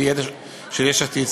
של יש עתיד,